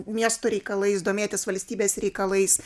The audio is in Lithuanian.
miesto reikalais domėtis valstybės reikalais